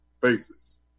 faces